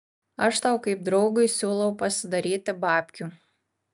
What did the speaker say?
aš tau kaip draugui siūlau pasidaryti babkių